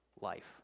life